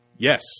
Yes